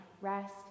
rest